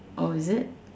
oh is it